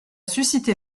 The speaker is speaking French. suscité